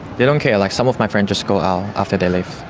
they don't care, like some of my friends just go out after they leave.